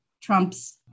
Trump's